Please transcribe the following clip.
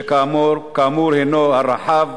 שכאמור הוא הרחב,